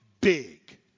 big